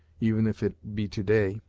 even if it be to-day.